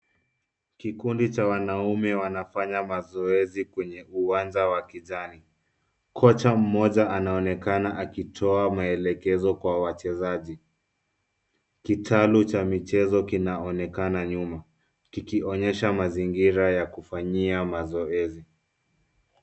Kikundi cha wanaume wanafanya mazoezi kwenye uwanja wa kijani. Kocha mmoja anaonekana akitoa maelekezo kwa wachezaji. Kitalu cha michezo kinaonekana nyuma kikionyesha mazingira ya kufanyia mazoezi.